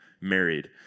married